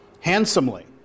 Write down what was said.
handsomely